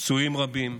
פצועים רבים,